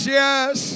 yes